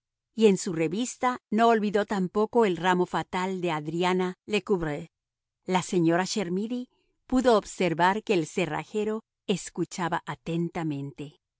siracusa en su revista no olvidó tampoco el ramo fatal de adriana lecouvreur la señora chermidy pudo observar que el cerrajero escuchaba atentamente